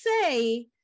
say